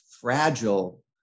fragile